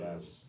yes